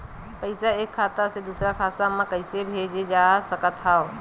पईसा एक खाता से दुसर खाता मा कइसे कैसे भेज सकथव?